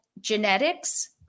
genetics